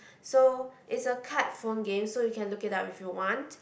so it's a card phone game so you can look it up if you want